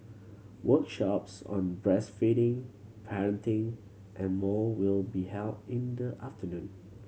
workshops on breastfeeding parenting and more will be held in the afternoon